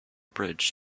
bridge